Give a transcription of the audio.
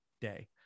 day